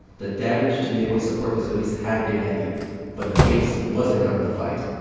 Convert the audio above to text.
the damage to midway support facilities had been heavy but the base wasn't out of the fight.